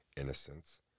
innocence